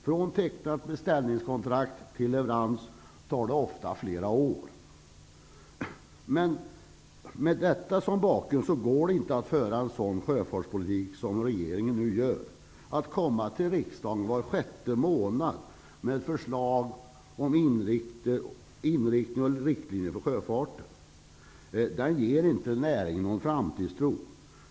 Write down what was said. Från tecknat beställningskontrakt till leverans tar det ofta flera år. Med detta som bakgrund går det inte att föra en sådan sjöfartspolitik som regeringen nu gör, att komma till riksdagen var sjätte månad med förslag om riktlinjer för sjöfarten. Det ger inte näringen någon framtidstro.